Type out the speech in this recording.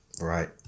right